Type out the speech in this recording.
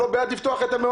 אנחנו לא בעד לפתוח את המשק,